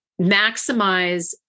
Maximize